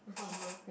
whatever